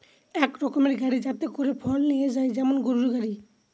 এক রকমের গাড়ি যাতে করে ফল নিয়ে যায় যেমন গরুর গাড়ি